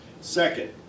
Second